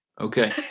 Okay